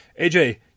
AJ